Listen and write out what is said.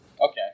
Okay